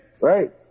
Right